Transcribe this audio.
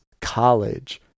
college